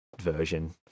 version